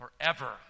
forever